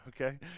okay